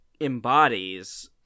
embodies